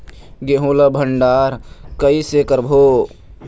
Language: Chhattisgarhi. गेहूं ला भंडार कई से करबो?